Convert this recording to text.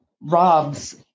Rob's